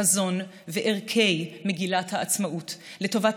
החזון והערכים של מגילת העצמאות לטובת